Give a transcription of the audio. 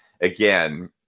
again